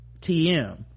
tm